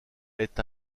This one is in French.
est